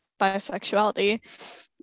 bisexuality